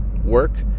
work